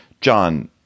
John